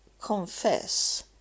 confess